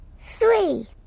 three